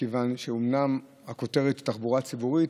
מכיוון שאומנם הכותרת היא "תחבורה ציבורית",